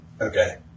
Okay